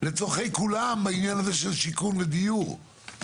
לצורכי כולם העניין הזה של שיכון ודיור.